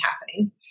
happening